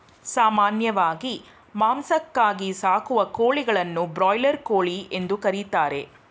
ಸಾಮಾನ್ಯವಾಗಿ ಮಾಂಸಕ್ಕಾಗಿ ಸಾಕುವ ಕೋಳಿಗಳನ್ನು ಬ್ರಾಯ್ಲರ್ ಕೋಳಿ ಎಂದು ಕರಿತಾರೆ